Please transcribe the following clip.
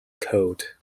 code